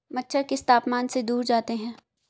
मच्छर किस तापमान से दूर जाते हैं?